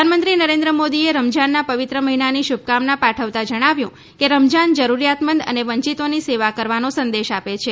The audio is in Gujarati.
પ્રધાનમંત્રી નરેન્દ્ર મોદીએ રમઝાનનાં પવિત્ર મહિનાની શુભકામનાં પાઠવતાં જણાવ્યું કે રમઝાન જરૂરીયાતમંદ અને વંચિતોની સેવા કરવાનો સંદેશ આપે છે